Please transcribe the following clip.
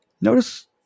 notice